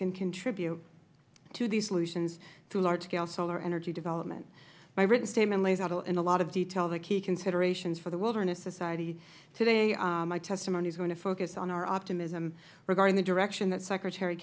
can contribute to these solutions through large scale solar energy development my written statement lays out in a lot of detail the key considerations for the wilderness society today my testimony is going to focus on our optimism regarding the direction that secretary